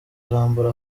arambara